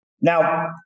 Now